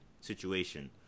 situation